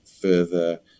further